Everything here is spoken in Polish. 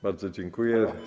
Bardzo dziękuję.